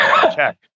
check